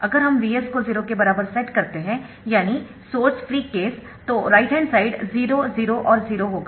अगर हम Vs को 0 के बराबर सेट करते है यानी सोर्स फ्री केस तो राइट हैंड साइड 0 0 और 0 होगा